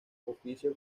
oficio